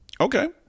Okay